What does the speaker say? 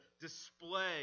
display